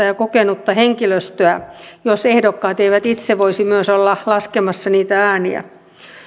ja kokenutta henkilöstöä jos ehdokkaat eivät itse voisi myös olla laskemassa niitä ääniä